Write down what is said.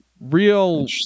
Real